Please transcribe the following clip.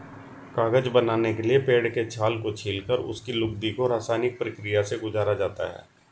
कागज बनाने के लिए पेड़ के छाल को छीलकर उसकी लुगदी को रसायनिक प्रक्रिया से गुजारा जाता है